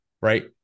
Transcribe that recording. right